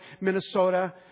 Minnesota